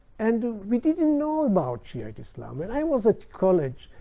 and we didn't know about shiite islam. when i was at college,